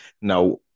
Now